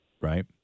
Right